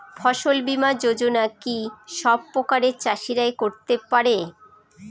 ফসল বীমা যোজনা কি সব প্রকারের চাষীরাই করতে পরে?